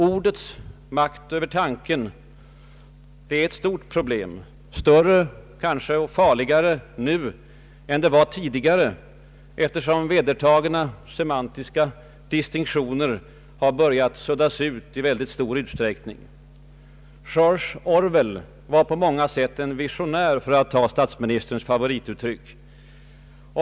Ordets makt över tanken är ett stort problem — kanske större och farligare nu än det var tidigare, eftersom vedertagna semantiska distinktioner har börjat suddas ut i mycket stor utsträckning. George Orwell var på många sätt en visionär — för att använda statsministerns favorituttryck.